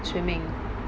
swimming